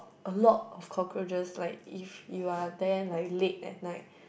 a lot of cockroaches like if you are there like late at night